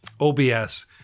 OBS